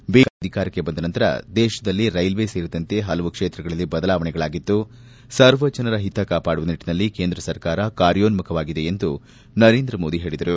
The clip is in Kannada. ಬಿಜೆಪಿ ಸರ್ಕಾರ ಅಧಿಕಾರಕ್ಕೆ ಬಂದ ನಂತರ ದೇಶದಲ್ಲಿ ರೈಲ್ವೆ ಸೇರಿದಂತೆ ಹಲವು ಕ್ಷೇತ್ರಗಳಲ್ಲಿ ಬದಲಾವಣೆಯಾಗಿದ್ದು ಸರ್ವ ಜನರ ಹಿತ ಕಾಪಾಡುವ ನಿಟ್ಟನಲ್ಲಿ ಕೇಂದ್ರ ಸರ್ಕಾರ ಕಾರ್ಯೋನ್ಮುಖವಾಗಿದೆ ಎಂದು ನರೇಂದ್ರ ಮೋದಿ ತಿಳಿಸಿದರು